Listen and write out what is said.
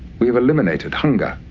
we've eliminated hunger,